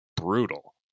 brutal